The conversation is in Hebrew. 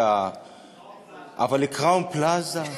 אבל ל"שרתון פלאזה"?